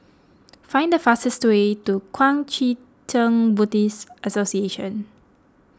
find the fastest way to Kuang Chee Tng Buddhist Association